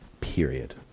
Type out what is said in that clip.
Period